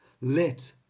Let